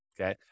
okay